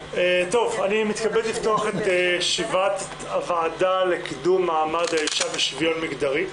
אני מתכבד לפתוח את ישיבת הוועדה לקידום מעמד האישה ושוויון מגדרי,